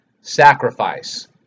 sacrifice